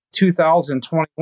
2021